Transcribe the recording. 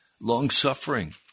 long-suffering